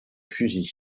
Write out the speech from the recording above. fusil